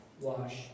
wash